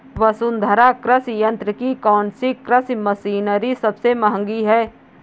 वसुंधरा कृषि यंत्र की कौनसी कृषि मशीनरी सबसे महंगी है?